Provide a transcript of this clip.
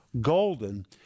Golden